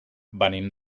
venim